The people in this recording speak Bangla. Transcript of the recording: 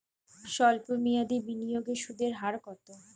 সল্প মেয়াদি বিনিয়োগে সুদের হার কত?